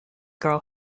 girl